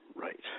Right